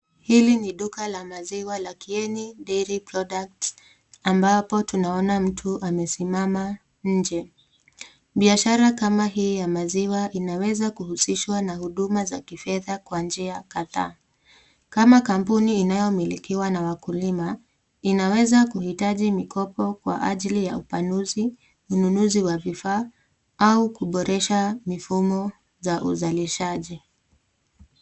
Hili ni duka la maziwa la kieni dairy products ambapo tunaona mtu amesimama nje, biashara kama hii ya maziwa inaweza kuhusishwa na huduma za kifedha kwa njia kadhaa, kama kampuni inayomilikiwa na wakulima inaweza kuhitaji mikopo kwa ajili ya upanuzi, ununuzi wa vifaa au kuboresha mifumo za uzalishaji.